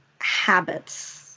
habits